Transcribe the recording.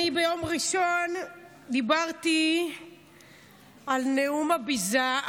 ביום ראשון אני דיברתי על נאום הביזה,